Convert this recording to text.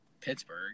Pittsburgh